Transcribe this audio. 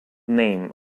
name